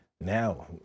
now